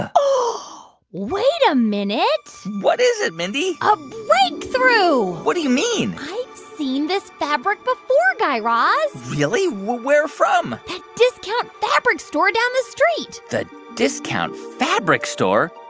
ah wait a minute what is it, mindy? a breakthrough what do you mean? i've seen this fabric before, guy raz really? where from? that discount fabric store down the street the discount fabric store?